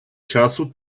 часу